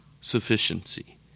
sufficiency